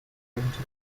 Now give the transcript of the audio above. winter